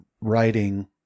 writing